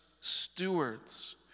stewards